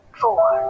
four